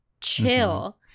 chill